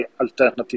alternative